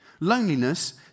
Loneliness